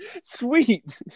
sweet